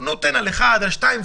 הוא נותן על אחד או שניים.